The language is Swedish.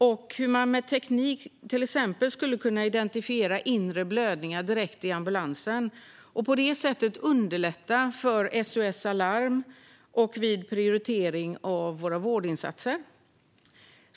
Med teknikens hjälp skulle man till exempel kunna identifiera inre blödningar direkt i ambulansen och på det sättet underlätta för SOS Alarm och vid prioriteringen av vårdinsatser.